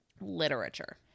literature